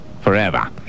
forever